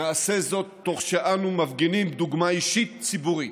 נעשה זאת תוך שאנו מפגינים דוגמה אישית ציבורית.